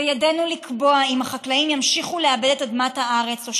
בידנו לקבוע אם החקלאים ימשיכו לעבד את אדמת הארץ או